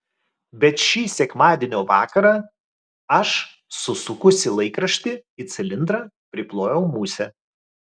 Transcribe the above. bet šį sekmadienio vakarą aš susukusi laikraštį į cilindrą priplojau musę